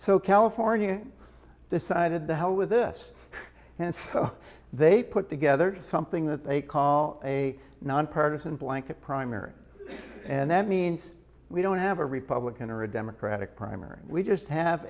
so california decided to hell with this and so they put together something that they call a nonpartisan blanket primary and that means we don't have a republican or a democratic primary we just have